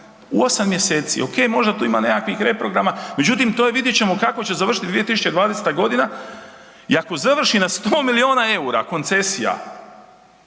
u 8 mjeseci, ok možda tu ima nekakvih reprograma međutim to je vidjet ćemo kako će završiti 2020. i ako završi na 100 miliona EUR-a koncesija